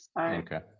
Okay